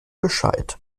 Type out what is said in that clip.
bescheid